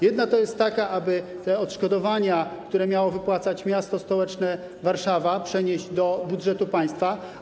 Jedna to jest taka, aby te odszkodowania, które miało wypłacać miasto stołeczne Warszawa, przenieść do budżetu państwa.